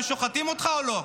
הם היו שוחטים אותך או לא?